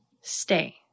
Stay